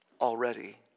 already